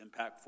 impactful